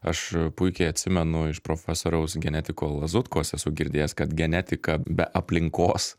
aš puikiai atsimenu iš profesoriaus genetiko lazutkos esu girdėjęs kad genetika be aplinkos